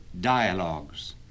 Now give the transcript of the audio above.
dialogues